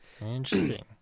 Interesting